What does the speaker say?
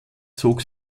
zog